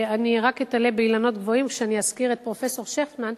אני רק אתלה באילנות גבוהים כשאני אזכיר את פרופסור שכטמן,